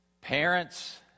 Parents